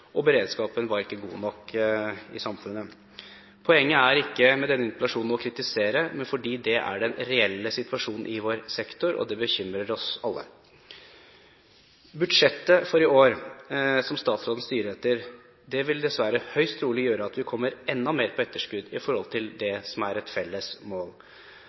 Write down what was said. og beredskapen er ikke god nok i samfunnet. Poenget med denne interpellasjonen er ikke å kritisere, men dette er den reelle situasjonen i vår sektor, og det bekymrer oss alle. Budsjettet for i år, som statsråden styrer etter, vil dessverre høyst trolig gjøre at vi kommer enda mer på etterskudd i forhold til det som er et felles mål.